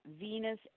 Venus